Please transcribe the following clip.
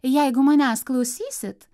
jeigu manęs klausysit